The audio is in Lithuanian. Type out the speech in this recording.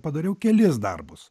padariau kelis darbus